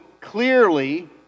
clearly